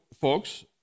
folks